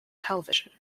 television